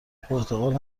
پرتغال